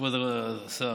כבוד השר,